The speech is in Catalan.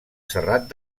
serrat